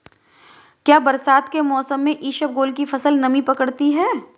क्या बरसात के मौसम में इसबगोल की फसल नमी पकड़ती है?